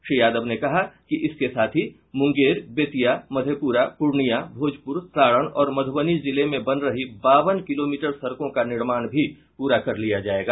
श्री यादव ने कहा कि इसके साथ ही मुंगेर बेतिया मधेपुरा पूर्णिया भोजपुर सारण और मधुबनी जिले में बन रही बावन किलोमीटर सड़कों का निर्माण भी पूरा कर लिया जायेगा